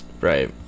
right